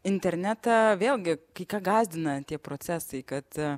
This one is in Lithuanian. internetą vėlgi kai ką gąsdina tie procesai kad